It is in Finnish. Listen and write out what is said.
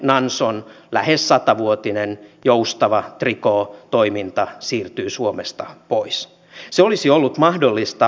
mutta on mainiota täällä takapenkissä kun täällä ei kyllä omaa ääntänsä kuule